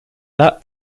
that